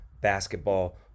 basketball